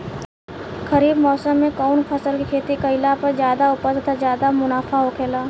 खरीफ़ मौसम में कउन फसल के खेती कइला पर ज्यादा उपज तथा ज्यादा मुनाफा होखेला?